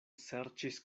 serĉis